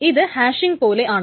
ഇത് ഹാഷിംഗ് പോലെയാണ്